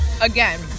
Again